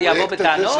אני אבוא בטענות?